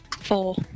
Four